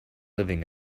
living